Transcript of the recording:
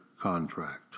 contract